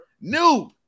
New